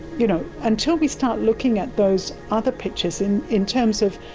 you know, until we start looking at those other pictures in in terms of,